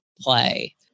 play